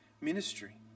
ministry